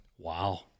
Wow